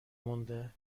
مونده